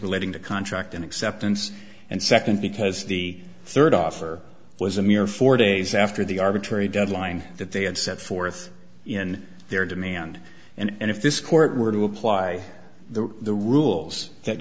relating to contract and acceptance and second because the third offer was a mere four days after the arbitrary deadline that they had set forth in their demand and if this court were to apply the the rules that